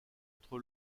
entre